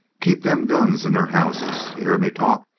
keep them guns in their houses! you hear me talk?